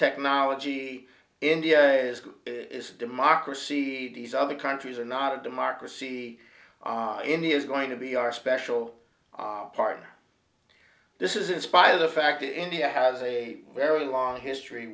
technology india is a democracy these other countries are not a democracy india is going to be our special partner this is in spite of the fact that india has a very long history